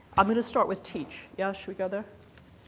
i'm gonna start with teach. yeah, shall we go there?